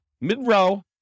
mid-row